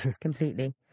completely